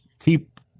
keep